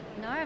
no